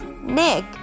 Nick